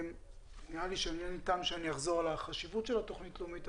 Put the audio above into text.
נראה לי שאין טעם שאני אחזור על חשיבות התוכנית הלאומית,